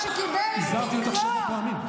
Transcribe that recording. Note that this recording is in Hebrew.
הזהרתי אותך שבע פעמים.